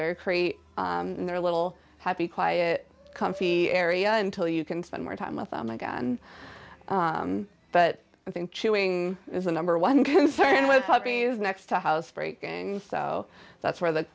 in their little happy quiet comfy area until you can spend more time with them again but i think chewing is the number one concern with puppies next to housebreaking so that's where the